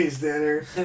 dinner